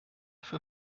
für